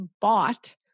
bought